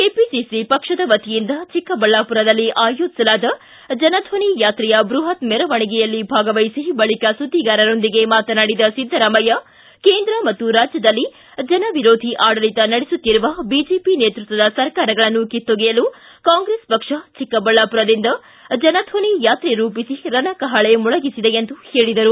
KPCC ಪಕ್ಷದ ವತಿಯಿಂದ ಚಿಕ್ಕಬಳ್ಳಾಪುರದಲ್ಲಿ ಆಯೋಜಿಸಲಾದ ಜನಧ್ದನಿ ಯಾತ್ರೆಯ ಬೃಹತ್ ಮೆರವಣಿಗೆಯಲ್ಲಿ ಭಾಗವಹಿಸಿ ಬಳಿಕ ಸುದ್ಗಿಗಾರರೊಂದಿಗೆ ಮಾತನಾಡಿದ ಸಿದ್ದರಾಮಯ್ಯ ಕೇಂದ್ರ ಮತ್ತು ರಾಜ್ಯದಲ್ಲಿ ಜನವಿರೋಧಿ ಆಡಳಿತ ನಡೆಸುತ್ತಿರುವ ಬಿಜೆಪಿ ನೇತೃತ್ವದ ಸರ್ಕಾರಗಳನ್ನು ಕಿತ್ತೊಗೆಯಲು ಕಾಂಗ್ರೆಸ್ ಪಕ್ಷ ಚಿಕ್ಕಬಳ್ಳಾಪುರದಿಂದ ಜನಧ್ವನಿ ಯಾತ್ರೆ ರೂಪಿಸಿ ರಣಕಹಳೆ ಮೊಳಗಿಸಿದೆ ಎಂದು ಹೇಳಿದರು